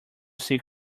see